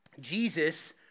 Jesus